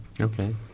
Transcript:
Okay